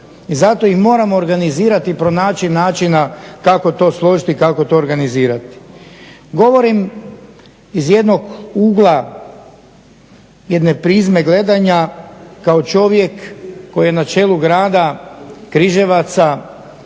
I zato ih moramo organizirati i pronaći načina kako to složiti i kako to organizirati. Govorim iz jednog ugla jedne prizme gledanja kao čovjek koji je na čelu grada Križevaca